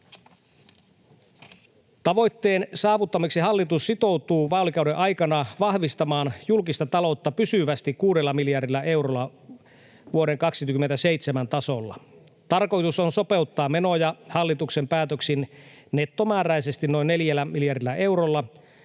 Tavoitteen saavuttamiseksi hallitus sitoutuu vaalikauden aikana vahvistamaan julkista taloutta pysyvästi kuudella miljardilla eurolla vuoden 27 tasolla. Tarkoitus on sopeuttaa menoja hallituksen päätöksin nettomääräisesti noin neljällä miljardilla eurolla,